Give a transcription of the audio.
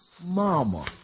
Mama